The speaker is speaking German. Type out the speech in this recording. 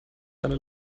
eine